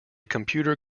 computer